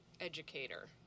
educator